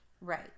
Right